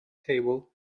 table